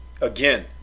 again